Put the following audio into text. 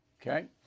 okay